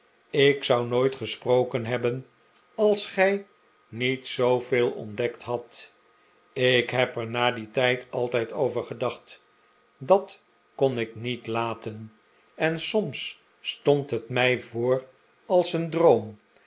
ik zou nooit gesproken hebben als gij niet zooveel ontdekt hadt ik heb er na dien tijd altijd over gedacht dat kon ik niet laten en soms stond het mij voor als een droom